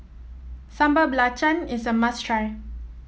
Sambal Belacan is a must try